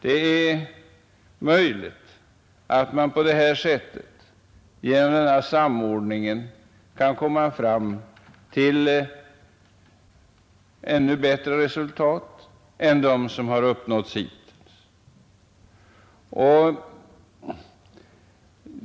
Det är möjligt att man genom denna samordning kan uppnå ännu bättre resultat än de som hittills har uppnåtts.